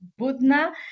Budna